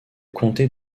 comté